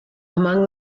among